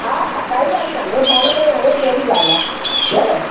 हा हा काई ॻाल्हि काने पाण में ई आ्यूंहि कहिड़ी ॻाल्हि आहे न